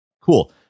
Cool